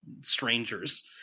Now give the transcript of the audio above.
strangers